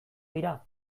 dira